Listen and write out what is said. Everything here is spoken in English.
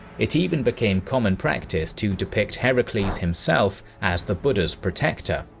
it even became common practice to depict herakles himself as the buddha's protector.